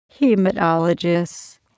Hematologists